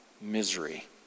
misery